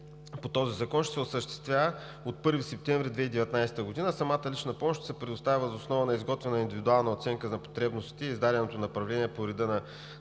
по този закон ще се осъществява от 1 септември 2019 г. Самата лична помощ се предоставя въз основа на изготвена индивидуална оценка за потребностите, издадена от направление по реда на